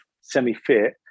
semi-fit